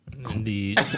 Indeed